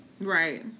right